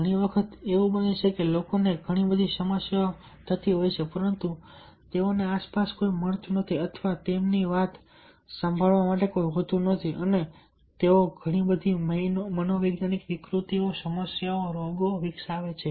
ઘણી વખત એવું બને છે કે લોકોને ઘણી બધી સમસ્યાઓ થતી હોય છે પરંતુ તેઓને આસપાસ કોઈ મળતું નથી અથવા તેમની વાત સાંભળવા માટે કોઈ નથી હોતું અને તેઓ ઘણી બધી મનોવૈજ્ઞાનિક વિકૃતિઓ સમસ્યાઓ રોગો વિકસાવે છે